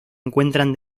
encuentran